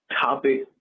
topic